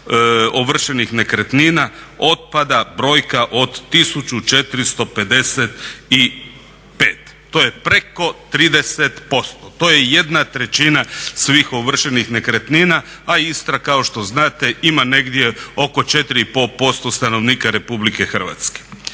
ovršenih nekretnina otpada brojka od 1455. To je preko 30%, to je jedna trećina svih ovršenih nekretnina a Istra kao što znate ima negdje oko 4,5% stanovnika RH. Slažem se